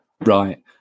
right